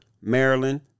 Maryland